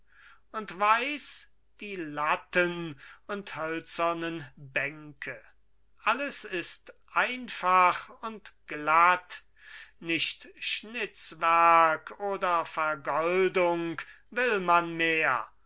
und weiß die latten und hölzernen bänke alles ist einfach und glatt nicht schnitzwerk oder vergoldung will man mehr